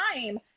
time